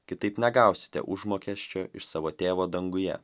kitaip negausite užmokesčio iš savo tėvo danguje